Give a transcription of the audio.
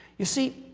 you see,